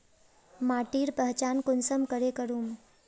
माटिर पहचान कुंसम करे करूम?